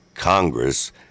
Congress